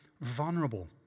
vulnerable